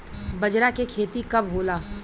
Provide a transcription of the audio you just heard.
बजरा के खेती कब होला?